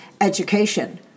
education